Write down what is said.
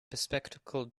bespectacled